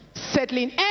settling